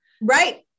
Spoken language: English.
Right